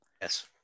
Yes